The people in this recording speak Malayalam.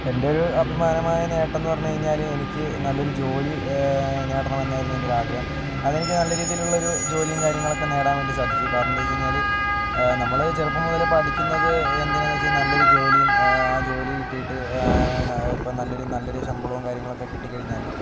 എൻ്റെ ഒരു അഭിമാനമായ നേട്ടം എന്ന് പറഞ്ഞു കഴിഞ്ഞാൽ എനിക്ക് നല്ലൊരു ജോലി നേടണമെന്നായിരുന്നു എൻ്റെ ഒരു ആഗ്രഹം അതെനിക്ക് നല്ല രീതിയിലുള്ള ഒരു ജോലിയും കാര്യങ്ങളൊക്കെ നേടാൻ വേണ്ടി സാധിച്ചു കാരണം എന്താണെന്ന് വെച്ചു കഴിഞ്ഞാൽ നമ്മുടെ ചെറുപ്പം മുതലേ പഠിക്കുന്നത് എന്തിനെന്ന് വെച്ചാൽ നല്ലൊരു ജോലിയും ആ ജോലി കിട്ടിയിട്ട് ഇപ്പോൾ നല്ലൊരു നല്ലൊരു ശമ്പളം കാര്യങ്ങളൊക്കെ കിട്ടിക്കഴിഞ്ഞാൽ